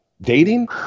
dating